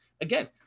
again